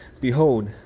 Behold